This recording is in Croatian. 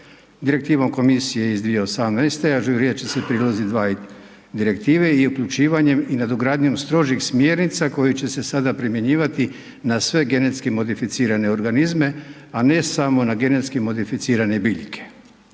Direktivom komisije iz 2018. ažurirat će se prilozi 2 Direktive i uključivanjem i nadogradnjom strožih smjernica koji će se sada primjenjivati na sve genetski modificirane organizme, a ne samo na genetski modificirane biljke.